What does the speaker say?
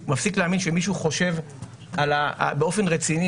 הוא מפסיק להאמין שמישהו חושב באופן רציני